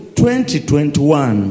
2021